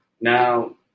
Now